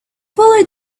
followed